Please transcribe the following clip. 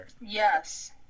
Yes